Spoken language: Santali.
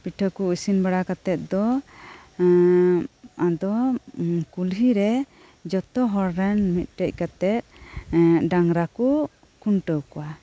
ᱯᱤᱴᱷᱟᱹᱠᱩ ᱤᱥᱤᱱ ᱵᱟᱲᱟ ᱠᱟᱛᱮᱜ ᱫᱚᱟᱫᱚ ᱠᱩᱞᱦᱤ ᱨᱮ ᱡᱚᱛᱚᱦᱚᱲ ᱨᱮᱱ ᱢᱤᱫᱴᱮᱡ ᱠᱟᱛᱮᱜ ᱰᱟᱝᱨᱟᱠᱩ ᱠᱷᱩᱱᱴᱟᱹᱣ ᱠᱚᱣᱟ